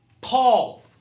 Paul